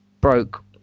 broke